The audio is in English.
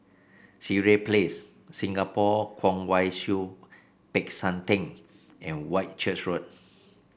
Sireh Place Singapore Kwong Wai Siew Peck San Theng and Whitchurch Road